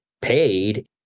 paid